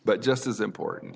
but just as important